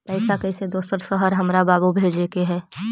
पैसा कैसै दोसर शहर हमरा बाबू भेजे के है?